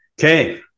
Okay